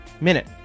minute